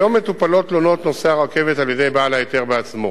כיום מטופלות תלונות נוסעי הרכבת על-ידי בעל ההיתר בעצמו.